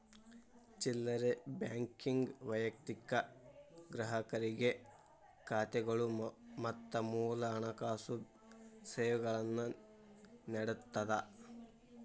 ಚಿಲ್ಲರೆ ಬ್ಯಾಂಕಿಂಗ್ ವೈಯಕ್ತಿಕ ಗ್ರಾಹಕರಿಗೆ ಖಾತೆಗಳು ಮತ್ತ ಮೂಲ ಹಣಕಾಸು ಸೇವೆಗಳನ್ನ ನೇಡತ್ತದ